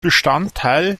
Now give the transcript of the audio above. bestandteil